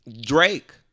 Drake